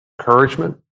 encouragement